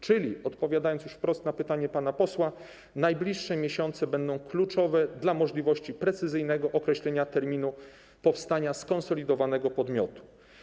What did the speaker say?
Czyli - odpowiadając już wprost na pytanie pana posła - najbliższe miesiące będą kluczowe dla możliwości precyzyjnego określenia terminu powstania skonsolidowanego podmiotu.